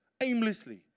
aimlessly